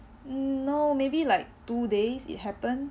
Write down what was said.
no maybe like two days it happen